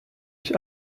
ich